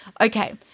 Okay